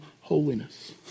holiness